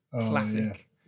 classic